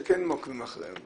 שכן עוקבים אחריהם,